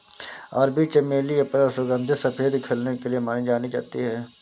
अरबी चमेली अपने सुगंधित सफेद खिलने के लिए जानी जाती है